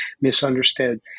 misunderstood